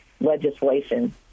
legislation